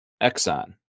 Exxon